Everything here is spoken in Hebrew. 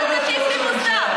אל תטיף לי מוסר.